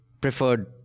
preferred